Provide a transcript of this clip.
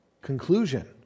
conclusion